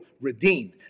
redeemed